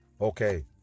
Okay